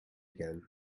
again